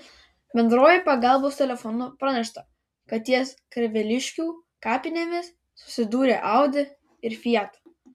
bendruoju pagalbos telefonu pranešta kad ties karveliškių kapinėmis susidūrė audi ir fiat